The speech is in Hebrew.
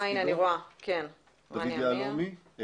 דוד יהלומי,